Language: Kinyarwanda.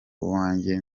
uwanjye